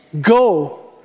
Go